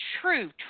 true